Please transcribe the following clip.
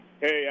Hey